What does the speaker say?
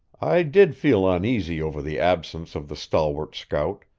i did feel uneasy over the absence of the stalwart scout,